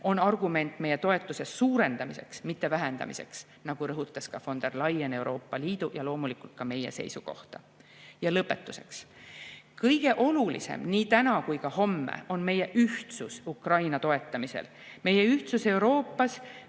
on argument meie toetuse suurendamiseks, mitte vähendamiseks, nagu rõhutas von der Leyen Euroopa Liidu ja loomulikult ka meie seisukohta. Ja lõpetuseks. Kõige olulisem nii täna kui ka homme on meie ühtsus Ukraina toetamisel. Meie ühtsus Euroopas,